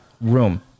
room